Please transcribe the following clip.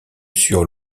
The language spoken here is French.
sur